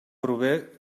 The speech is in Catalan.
prové